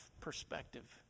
perspective